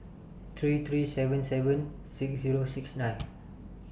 three three seven seven six Zero six nine